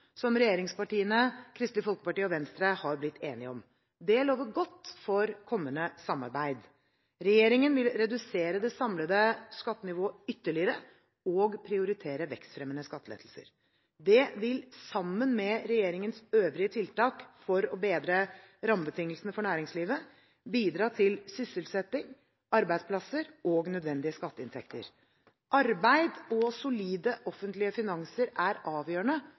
som regjeringspartiene, Kristelig Folkeparti og Venstre har blitt enige om. Det lover godt for kommende samarbeid. Regjeringen vil redusere det samlede skattenivået ytterligere og prioritere vekstfremmende skattelettelser. Det vil, sammen med regjeringens øvrige tiltak for å bedre rammebetingelsene for næringslivet, bidra til sysselsetting, arbeidsplasser og nødvendige skatteinntekter. Arbeid og solide offentlige finanser er avgjørende